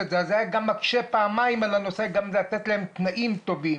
זה היה מקשה עלינו לתת להם תנאים טובים.